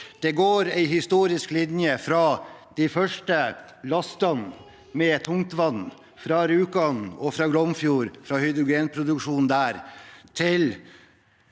Det går en historisk linje fra de første lastene med tungtvann fra Rjukan og Glomfjord og hydrogenproduksjonen der til